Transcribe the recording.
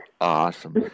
awesome